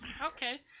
Okay